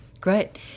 Great